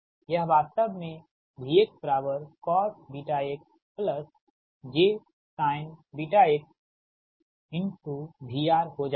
या वास्तव में Vcosxj sinxVR हो जाएगा